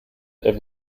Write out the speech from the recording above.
that